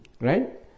Right